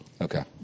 okay